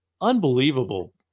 unbelievable